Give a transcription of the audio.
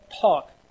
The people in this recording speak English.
talk